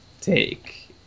take